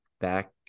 back